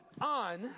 on